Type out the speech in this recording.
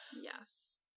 yes